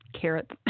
carrots